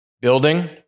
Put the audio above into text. building